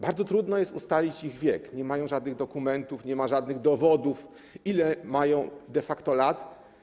Bardzo trudno jest ustalić ich wiek: nie mają żadnych dokumentów, nie ma żadnych dowodów, ile mają de facto lat.